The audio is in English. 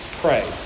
Pray